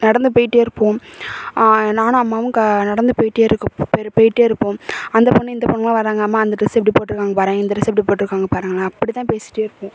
நடந்து போயிகிட்டே இருப்போம் நானும் அம்மாவும் க நடந்து போயிகிட்டே இருக்க பேர் போயிகிட்டே இருப்போம் அந்த பொண்ணு இந்த பொண்ணுலாம் வராங்க அம்மா அந்த ட்ரெஸ்ஸு எப்படி போட்டிருக்காங்க பாரேன் இந்த ட்ரெஸ்ஸு எப்படி போட்டிருக்காங்க பாருங்களேன் அப்படிதான் பேசிகிட்டே இருப்போம்